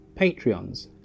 patreons